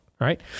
Right